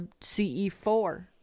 CE4